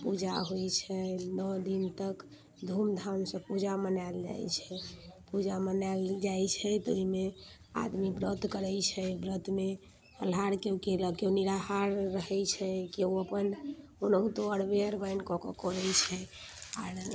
पूजा होइ छै नओ दिन तक धूम धामसँ पूजा मनायल जाइ छै पूजा मनायल जाइ छै तऽ ओइमे आदमी व्रत करै छै व्रतमे फलाहार केओ केलक केओ निराहार रहै छै केओ अपन ओनहितो अरबे अरबैन कऽके करै छै आर